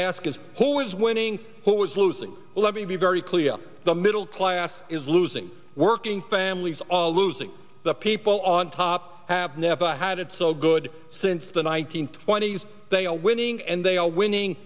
ask is who is winning who is losing well let me be very clear the middle class is losing working families are losing the people on top have never had it so good since the one nine hundred twenty s they are winning and they are winning